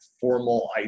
formal